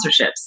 sponsorships